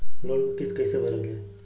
Loan क किस्त कैसे भरल जाए?